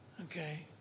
okay